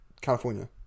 California